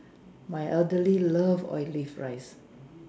my elderly love Olive rice